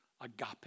Agape